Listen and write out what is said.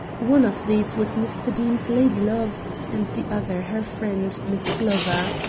one of these was mr. deane's lady love and the other her friend, miss glover.